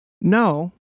No